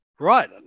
Right